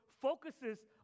focuses